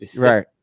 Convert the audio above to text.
Right